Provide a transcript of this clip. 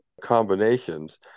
combinations